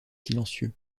silencieux